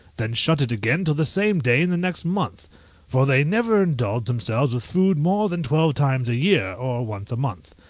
then shut it again till the same day in the next month for they never indulge themselves with food more than twelve times a year, or once a month.